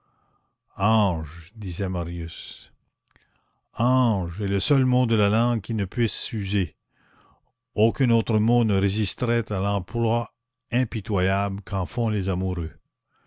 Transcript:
ange disait marius ange est le seul mot de la langue qui ne puisse s'user aucun autre mot ne résisterait à l'emploi impitoyable qu'en font les amoureux